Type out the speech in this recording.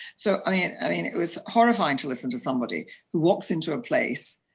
so i mean i mean, it was horrifying to listen to somebody who walks into a place,